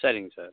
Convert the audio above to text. சரிங்க சார்